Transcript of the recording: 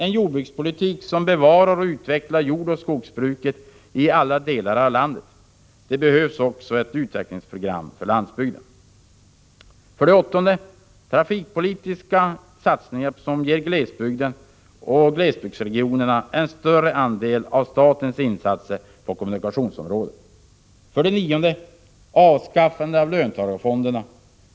En jordbrukspolitik som bevarar och utvecklar jordoch skogsbruket i alla delar av landet. Det behövs också ett utvecklingsprogram för landsbygden. 9. Avskaffande av löntagarfonderna.